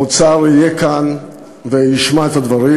האוצר יהיה כאן וישמע את הדברים.